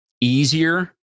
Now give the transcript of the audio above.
easier